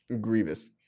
Grievous